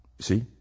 See